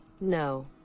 No